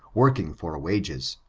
working for wages.